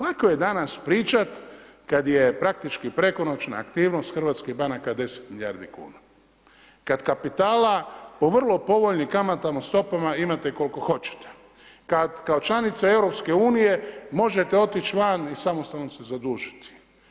Lako je danas pričati kad je praktički prekonoćna aktivnost hrvatskih banaka 10 milijardi kuna, kad kapitala po vrlo povoljnim kamatnim stopama imate koliko hoćete, kad kao članica EU možete otići van i samostalno se zadužiti.